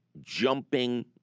jumping